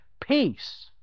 peace